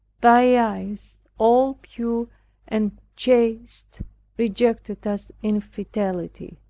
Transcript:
thy eyes all pure and chaste rejected as infidelity.